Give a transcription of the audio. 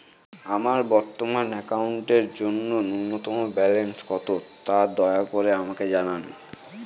আমার বর্তমান অ্যাকাউন্টের জন্য ন্যূনতম ব্যালেন্স কত, তা দয়া করে আমাকে জানান